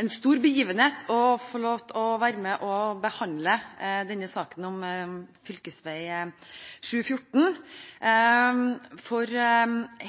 en stor begivenhet å få lov til å være med å behandle denne saken om fv. 714.